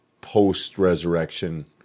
post-resurrection